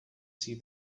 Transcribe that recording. see